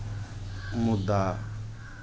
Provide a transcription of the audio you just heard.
मुद्दा